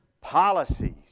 policies